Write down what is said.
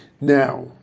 Now